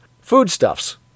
Foodstuffs